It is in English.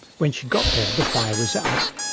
when she got there the fire was out,